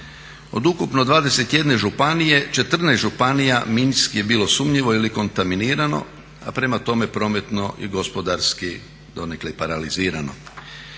Od ukupno 21 županije 14 županija minski je bilo sumnjivo ili kontaminirano, a prema tome prometno i gospodarski donekle i paralizirano.